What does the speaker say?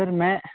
سر میں